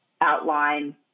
outline